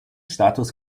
status